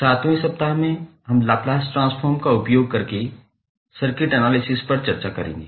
7 वें सप्ताह में हम लाप्लास ट्रांसफॉर्म का उपयोग करके सर्किट एनालिसिस पर चर्चा करेंगे